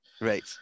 Right